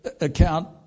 account